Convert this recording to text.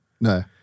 No